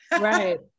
right